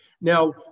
Now